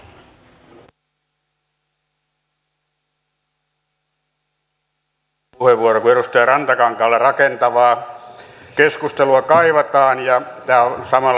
tämä on vähän tämmöinen samanlainen puheenvuoro kuin edustaja rantakankaalla ja tämä on samalla tämmöinen työjärjestyspuheenvuoro